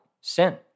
sin